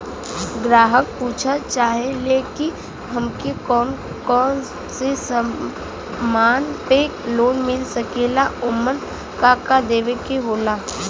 ग्राहक पुछत चाहे ले की हमे कौन कोन से समान पे लोन मील सकेला ओमन का का देवे के होला?